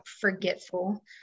forgetful